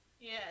yes